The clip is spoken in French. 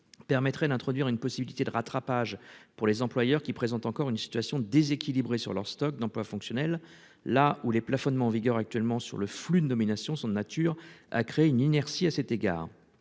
permettrait d'introduire une possibilité de rattrapage pour les employeurs qui présentent encore une situation déséquilibrée sur leur stock d'emplois fonctionnels, là où les plafonnement en vigueur actuellement sur le flux de nominations sont de nature à créer une inertie à cet égard,